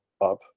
up